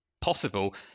possible